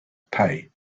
pay